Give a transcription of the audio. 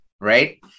right